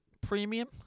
premium